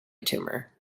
tumor